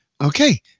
Okay